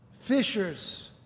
fishers